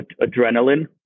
adrenaline